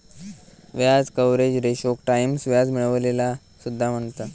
व्याज कव्हरेज रेशोक टाईम्स व्याज मिळविलेला सुद्धा म्हणतत